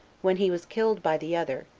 when he was killed by the other,